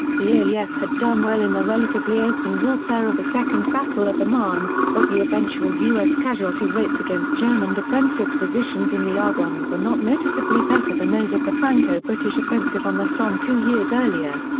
the aef had done well in the relatively open warfare of the second battle of the marne, but the eventual u s. casualty rates against german defensive positions in the argonne were not noticeably better than those of the franco-british offensive on the somme two years earlier.